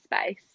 space